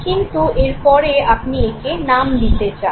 কিন্তু এরপরে আপনি একে নাম দিতে যান